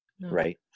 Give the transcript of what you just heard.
right